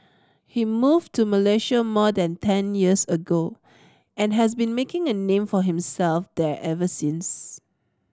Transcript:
he moved to Malaysia more than ten years ago and has been making a name for himself there ever since